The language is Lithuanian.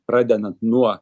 pradedant nuo